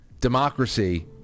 democracy